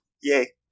Yay